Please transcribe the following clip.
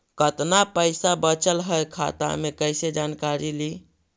कतना पैसा बचल है खाता मे कैसे जानकारी ली?